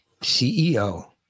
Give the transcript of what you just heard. CEO